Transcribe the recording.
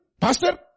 Pastor